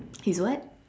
he's what